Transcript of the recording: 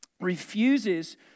refuses